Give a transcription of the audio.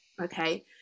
okay